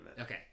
Okay